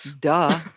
Duh